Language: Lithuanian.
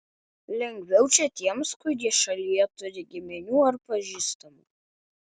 lengviau čia tiems kurie šalyje turi giminių ar pažįstamų